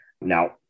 Now